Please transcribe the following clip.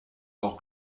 leur